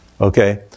Okay